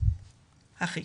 שהכי